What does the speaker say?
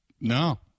no